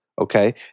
Okay